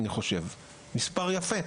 זה מספר יפה.